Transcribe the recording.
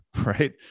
right